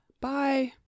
Bye